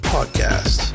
Podcast